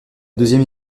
deuxième